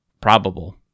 probable